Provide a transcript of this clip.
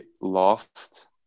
lost